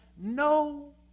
no